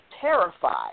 terrified